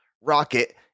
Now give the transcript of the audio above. rocket